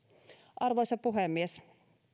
arvoisa puhemies